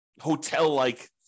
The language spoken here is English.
hotel-like